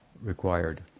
required